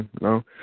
No